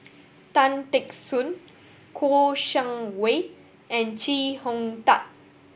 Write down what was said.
Tan Teck Soon Kouo Shang Wei and Chee Hong Tat